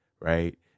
right